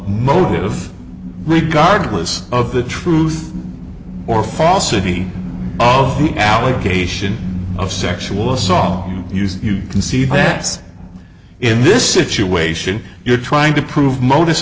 motive regardless of the truth or falsity of the allegation of sexual assault used you can see that in this situation you're trying to prove modus